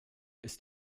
ist